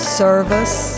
service